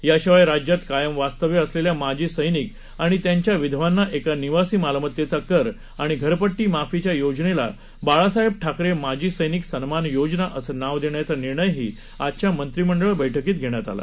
याशिवाय राज्यात कायम वास्तव्य असलेल्या माजी सैनिक आणि त्यांच्या विधवांना एका निवासी मालमत्तेचा कर आणि घरपट्टी माफीच्या योजनेला बाळासाहेब ठाकरे माजी सैनिक सन्मान योजना असं नाव देण्याचा निर्णयही आजच्या मंत्रिमंडळ बैठकीत झाला